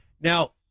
Now